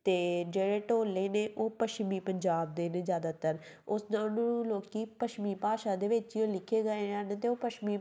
ਅਤੇ ਜਿਹੜੇ ਢੋਲੇ ਨੇ ਉਹ ਪੱਛਮੀ ਪੰਜਾਬ ਦੇ ਨੇ ਜ਼ਿਆਦਾਤਰ ਉਸ ਉਹਨਾਂ ਨੂੰ ਲੋਕ ਪੱਛਮੀ ਭਾਸ਼ਾ ਦੇ ਵਿੱਚ ਲਿਖੇ ਗਏ ਹਨ ਅਤੇ ਉਹ ਪੱਛਮੀ